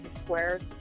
squares